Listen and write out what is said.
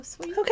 Okay